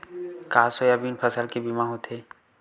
का सोयाबीन फसल के बीमा होथे?